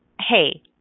hey